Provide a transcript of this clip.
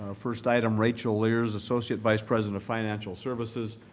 ah first item, rachel lierz, associate vice president of financial services,